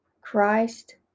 Christ